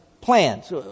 plans